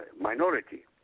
minority